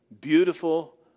beautiful